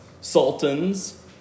sultans